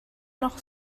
noch